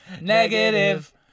negative